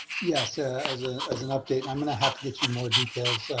yes, yeah as ah as an update, i'm gonna have to get you more details,